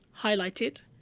highlighted